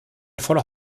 voller